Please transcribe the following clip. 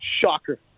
Shocker